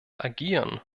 agieren